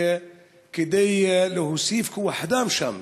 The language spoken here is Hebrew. כדי להוסיף כוח-אדם שם,